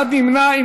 אחד נמנע.